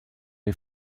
les